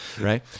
right